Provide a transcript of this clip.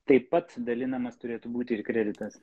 taip pat dalinamas turėtų būti ir kreditas